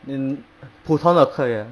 then 普通的课也